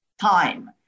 time